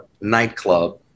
nightclub